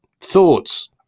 Thoughts